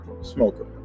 smoker